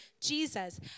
Jesus